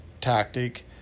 tactic